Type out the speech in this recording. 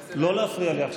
מתייחס, לא להפריע לי עכשיו.